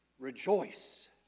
Rejoice